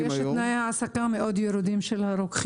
לא חסרים, יש תנאי העסקה ירודים מאוד של הרוקחים.